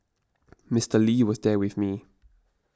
Mister Lee was there with me